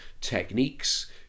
techniques